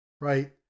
Right